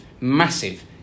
massive